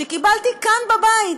שקיבלתי כאן בבית,